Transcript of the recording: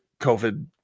COVID